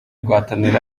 guhatanira